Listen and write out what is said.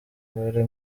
wari